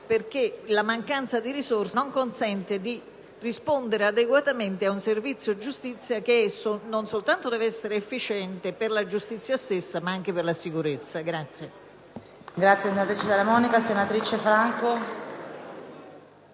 perché la mancanza di risorse non consente di rispondere adeguatamente ad un servizio giustizia che non soltanto deve essere efficiente per la giustizia stessa ma anche per la sicurezza.